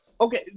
okay